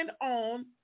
on